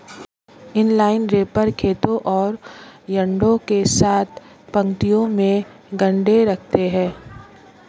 inline wrapper खेतों और यार्डों के साथ पंक्तियों में गांठें रखता है